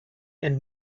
and